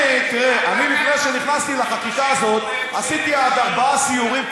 לפני שנכנסתי לחקיקה הזאת עשיתי ארבעה סיורים,